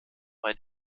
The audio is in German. bei